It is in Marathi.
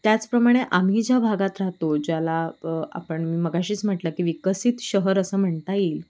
त्याचप्रमाणे आम्ही ज्या भागात राहतो ज्याला आपण मघाशीच म्हटलं की विकसित शहर असं म्हणता येईल